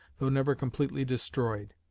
though never completely destroyed.